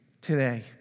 today